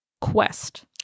quest